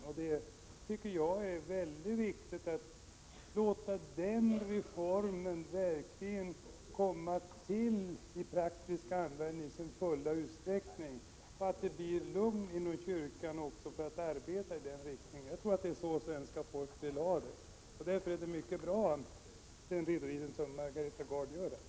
Jag tycker det är oerhört viktigt att låta den reformen verkligen komma till uttryck i praktisk användning i full utsträckning och att det blir lugn inom kyrkan för att arbeta i den riktningen. Jag tror det är så svenska folket vill ha det. Därför är det mycket bra med en sådan redovisning som Margareta Gard här gör.